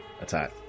attack